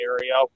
area